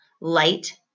light